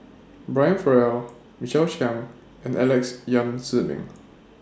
Brian Farrell Michael Chiang and Alex Yam Ziming